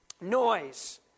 Noise